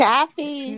Kathy